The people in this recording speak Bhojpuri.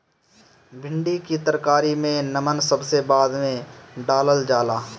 भिन्डी के तरकारी में नमक सबसे बाद में डालल जाला